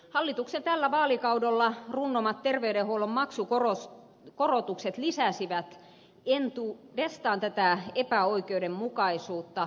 hallituksen tällä vaalikaudella runnomat terveydenhuollon maksukorotukset lisäsivät entuudestaan tätä epäoikeudenmukaisuutta